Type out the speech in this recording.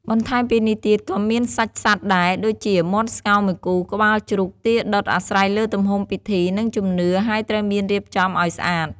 បន្ថែមពីនេះទៀតក៏មានសាច់សត្វដែរ ដូចជា មាន់ស្ងោរមួយគូ ក្បាលជ្រូក ទាដុត អាស្រ័យលើទំហំពិធី និងជំនឿ ហើយត្រូវមានរៀបចំឲ្យស្អាត ។